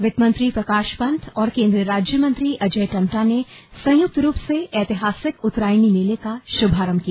वित्त मंत्री प्रकाश पंत और केन्द्रीय राज्य मंत्री अजय टम्टा ने सयुंक्त रूप से ऐतिहासिक उत्तरायणी मेले का श्भारंभ किया